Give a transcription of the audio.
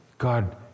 God